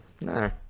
No